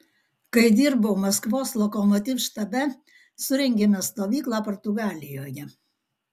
kai dirbau maskvos lokomotiv štabe surengėme stovyklą portugalijoje